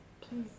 Please